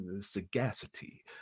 sagacity